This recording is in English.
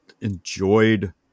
enjoyed